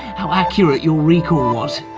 how accurate your recall was.